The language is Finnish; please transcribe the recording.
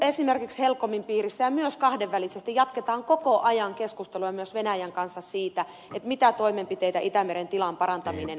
esimerkiksi helcomin piirissä ja myös kahdenvälisesti jatketaan koko ajan keskusteluja myös venäjän kanssa siitä mitä toimenpiteitä itämeren tilan parantaminen edellyttää